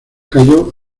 cayó